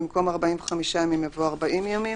במקום: "45 ימים", יבוא: "40 ימים".